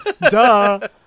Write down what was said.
duh